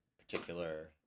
particular